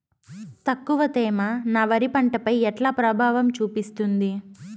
తక్కువ తేమ నా వరి పంట పై ఎట్లా ప్రభావం చూపిస్తుంది?